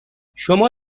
شما